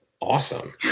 Awesome